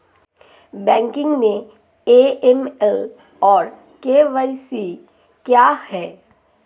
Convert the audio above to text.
Banking में AML और KYC क्या हैं?